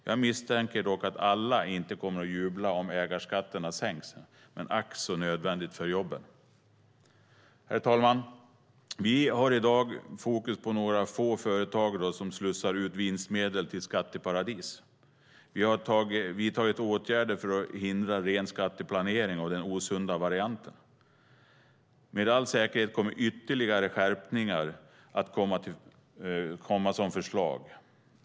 Jag misstänker dock att alla inte kommer att jubla om ägarskatterna sänks. Men det är ack så nödvändigt för jobben. Herr talman! Vi har i dag fokus på några få företag som slussar ut vinstmedel till skatteparadis. Vi har vidtagit åtgärder för att hindra ren skatteplanering av den osunda varianten. Med all säkerhet kommer ytterligare skärpningar att komma som förslag.